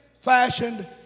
fashioned